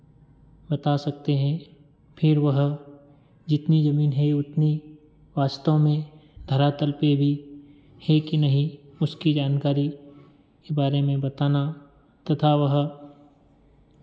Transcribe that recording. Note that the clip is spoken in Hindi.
बता सकते हैं फिर वह जितनी ज़मीन है उतनी वास्तव में धरातल पे भी है कि नहीं उसकी जानकारी के बारे में बताना तथा वह